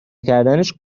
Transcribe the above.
کردنش